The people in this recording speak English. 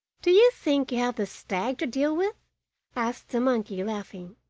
do you think you have the stag to deal with asked the monkey, laughing.